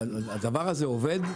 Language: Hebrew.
הדבר הזה עובד,